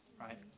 right